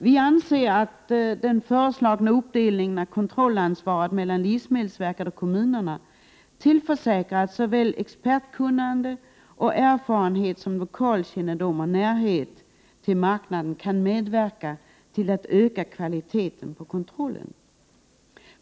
Vi anser att den föreslagna uppdelningen av kontrollansvaret mellan livsmedelsverket och kommunerna tillförsäkrar att såväl expertkunnande och erfarenhet som lokalkännedom och närhet till marknaden kan medverka till att öka kontrollens kvalitet.